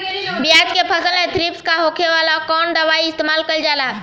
प्याज के फसल में थ्रिप्स का होखेला और कउन दवाई इस्तेमाल कईल जाला?